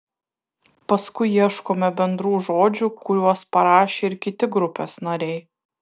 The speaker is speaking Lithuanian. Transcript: paskui ieškome bendrų žodžių kuriuos parašė ir kiti grupės nariai